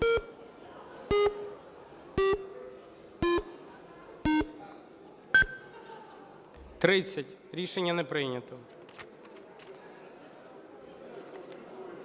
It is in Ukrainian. Рішення не прийнято.